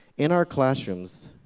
in our classrooms